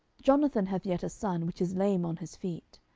jonathan hath yet a son, which is lame on his feet.